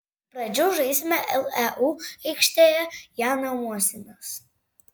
iš pradžių žaisime leu aikštėje ją nuomosimės